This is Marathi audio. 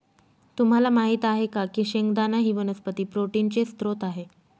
तुम्हाला माहित आहे का की शेंगदाणा ही वनस्पती प्रोटीनचे स्त्रोत आहे